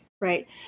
right